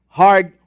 hard